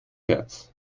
herz